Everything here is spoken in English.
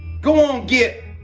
go on, git,